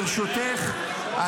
ברשותך,